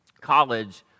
college